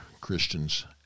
Christians